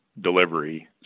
delivery